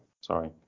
sorry